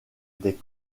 des